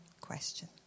question